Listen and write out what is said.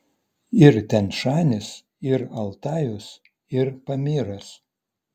ir tian šanis ir altajus ir pamyras